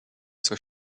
zur